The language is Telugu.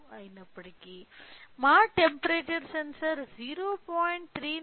అయినప్పటికీ మా టెంపరేచర్ సెన్సార్ 0